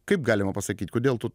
kaip galima pasakyt kodėl tu